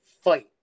fight